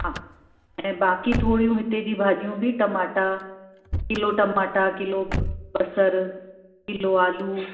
हा ऐं बाक़ी थोरियूं हिते जी भाॼियूं बि टमाटा किलो टमाटा किलो बसर किलो आलू